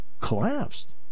collapsed